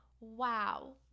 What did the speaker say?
Wow